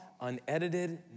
unedited